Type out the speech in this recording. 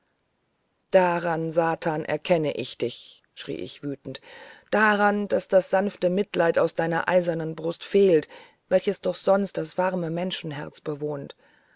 daran satan erkenne ich dich schrie ich wütend daran daß das sanfte mitleid in deiner eisernen brust fehlt welches doch sonst das warme menschenherz bewohnt